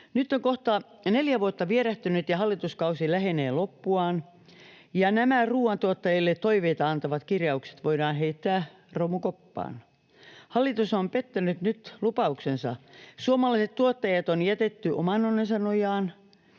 Nyt on kohta neljä vuotta vierähtänyt. Hallituskausi lähenee loppuaan, ja nämä ruuantuottajille toiveita antavat kirjaukset voidaan heittää romukoppaan. Hallitus on pettänyt nyt lupauksensa. Suomalaiset tuottajat on jätetty oman onnensa nojaan.